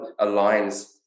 aligns